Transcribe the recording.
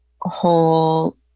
whole